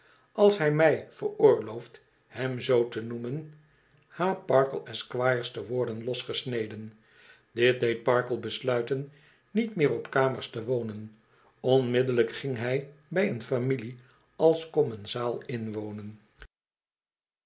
als hij mij veroorlooft hem zoo te noemen h parkle esq te worden losgesneden dit deed parkle besluiten niet meer op kamers te wonen onmiddellijk ging hij bij een familie als commensaal inwonen